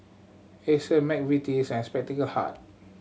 Acer McVitie's and Spectacle Hut